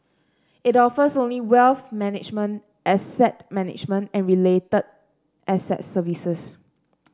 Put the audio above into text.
it offers only wealth management asset management and related asset services